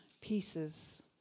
pieces